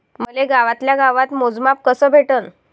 मले गावातल्या गावात मोजमाप कस भेटन?